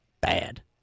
Bad